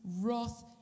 wrath